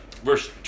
Verse